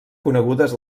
conegudes